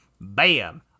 bam